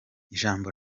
ijambo